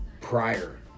prior